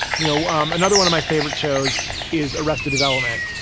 you know, um another one of my favorite shows is arrested development.